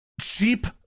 cheap